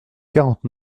quarante